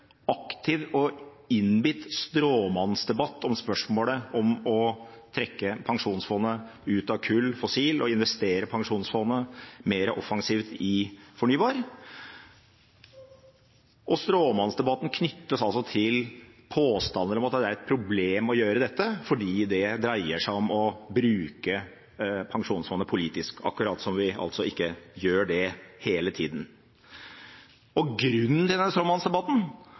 aktiv og innbitt stråmannsdebatt om spørsmålet om å trekke Pensjonsfondet ut av kull/fossilt og investere Pensjonsfondet mer offensivt mer i fornybar. Og stråmannsdebatten knyttes altså til påstander om at det er et problem å gjøre dette, fordi det dreier seg om å bruke Pensjonsfondet politisk – som om vi ikke gjør det hele tiden. Grunnen til denne stråmannsdebatten